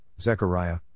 Zechariah